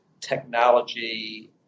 technology